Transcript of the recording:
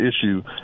issue